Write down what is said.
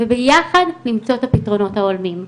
וביחד למצוא את הפתרונות ההולמים.